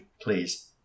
please